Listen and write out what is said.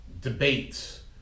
debates